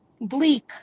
bleak